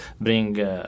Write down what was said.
bring